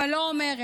אבל לא אומרת,